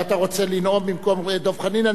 אתה רוצה לנאום במקום דב חנין?